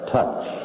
Touch